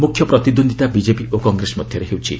ମୁଖ୍ୟ ପ୍ରତିଦ୍ୱନ୍ଦ୍ୱିତା ବିଜେପି ଓ କଂଗ୍ରେସ ମଧ୍ୟରେ ହେଉଛି